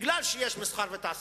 כי יש מסחר ותעשייה.